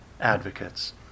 advocates